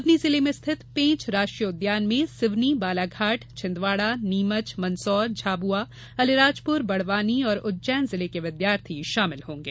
सिवनी जिले में स्थित पेंच राष्ट्रीय उद्यान में सिवनी बालाघाट छिन्दवाड़ा नीमच मंदसौर झाबुआ अलीराजपुर बड़वानी और उज्जैन जिले के छात्र छात्रायें शामिल होंगे